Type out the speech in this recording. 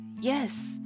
yes